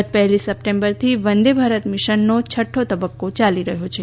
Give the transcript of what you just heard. ગત પહેલી સપ્ટેમ્બરથી વંદે ભારત મીશનનો છઠ્ઠો તબક્કો યાલી રહ્યો છે